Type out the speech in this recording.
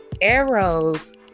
arrows